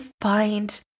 find